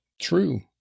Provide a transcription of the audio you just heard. true